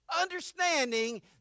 understanding